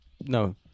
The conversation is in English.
No